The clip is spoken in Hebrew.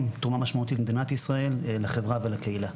תרומה משמעותית למדינת ישראל ולחברה ולקהילה.